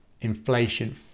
inflation